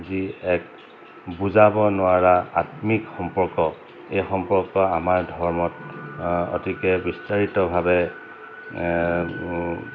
যি এক বুজাব নোৱাৰা আত্মিক সম্পৰ্ক এই সম্পৰ্ক আমাৰ ধৰ্মত অতিকৈ বিস্তাৰিতভাৱে